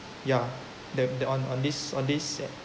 ya the the on this on this